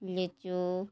ଲିଚୁ